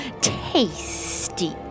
tasty